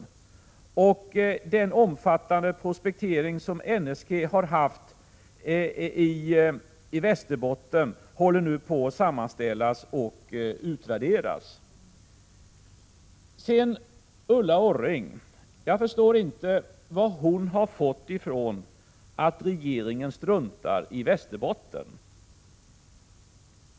Resultaten av den omfattande prospektering som NSG har bedrivit där håller nu på att sammanställas och utvärderas. Jag förstår inte vad Ulla Orring har fått det ifrån att regeringen struntar i Västerbotten.